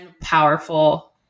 powerful